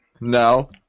no